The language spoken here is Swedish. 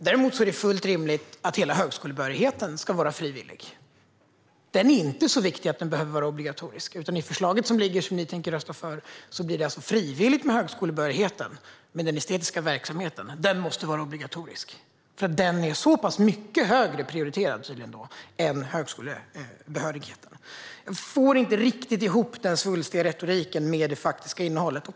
Däremot är det fullt rimligt att hela högskolebehörigheten är frivillig - den är inte så viktig att den behöver vara obligatorisk. I förslaget som ligger och som ni tänker rösta för, Daniel Riazat, är alltså högskolebehörigheten frivillig medan den estetiska verksamheten måste vara obligatorisk. Den är tydligen så pass mycket högre prioriterad än högskolebehörigheten. Jag får inte riktigt ihop den svulstiga retoriken med det faktiska innehållet.